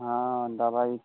हाँ दवाई